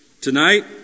Tonight